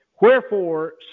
Wherefore